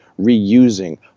reusing